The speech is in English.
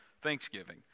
Thanksgiving